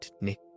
nick